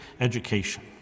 education